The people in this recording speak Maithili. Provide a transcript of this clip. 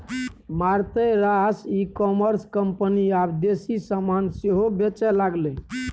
मारिते रास ई कॉमर्स कंपनी आब देसी समान सेहो बेचय लागलै